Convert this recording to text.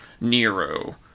Nero